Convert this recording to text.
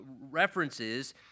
references